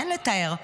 אין לתאר.